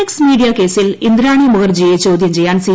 X media കേസിൽ ഇന്ദ്രാണി മുഖർജിയെ ചോദ്യം ചെയ്യാൻ സി